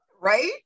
right